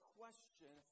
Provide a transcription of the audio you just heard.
question